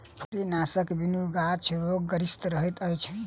फुफरीनाशकक बिनु गाछ रोगग्रसित रहैत अछि